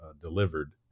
delivered